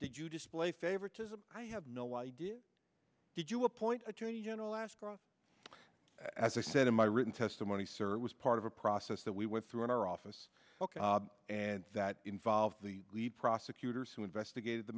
did you display favoritism i have no idea did you appoint attorney general ashcroft as i said in my written testimony sir it was part of a process that we went through in our office and that involved the lead prosecutors who investigated the